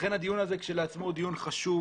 לכן הדיון הזה כשלעצמו הוא דיון חשוב.